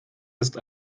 ist